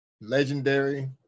legendary